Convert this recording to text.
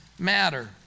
Matter